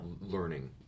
learning